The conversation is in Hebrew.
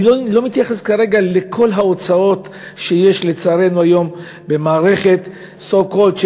אני לא מתייחס כרגע לכל ההוצאות שיש לצערנו היום במערכת שנקראת,